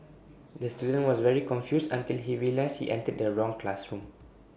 the student was very confused until he realised he entered the wrong classroom